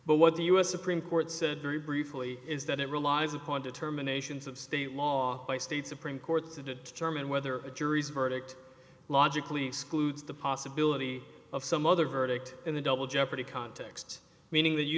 but what the u s supreme court said very briefly is that it relies upon determinations of state law by state supreme court to determine whether a jury's verdict logically excludes the possibility of some other verdict in the double jeopardy context meaning that you